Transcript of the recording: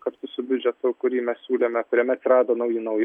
kartu su biudžetu kurį mes siūlėme kuriame atsirado nauji nauji